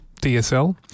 DSL